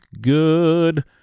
good